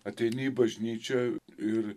ateini į bažnyčią ir